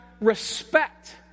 respect